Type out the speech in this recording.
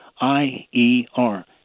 I-E-R